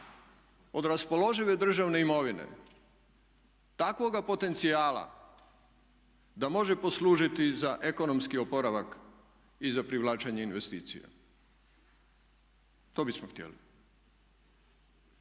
od raspoložive državne imovine, takvoga potencijala da može poslužiti za ekonomski oporavak i za privlačenje investicija. To bismo htjeli.